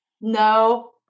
No